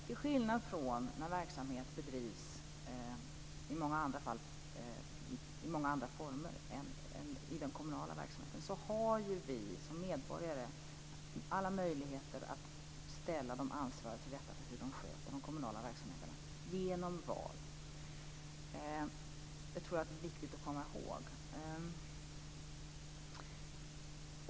Herr talman! Ja, när verksamhet bedrivs i andra former inom den kommunala verksamheten har vi som medborgare alla möjligheter att ställa de ansvariga till svars för hur de sköter de kommunala verksamheterna genom val. Det tror jag är viktigt att komma ihåg.